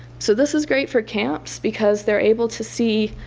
so this is great for camps because they're able to see,